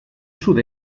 sud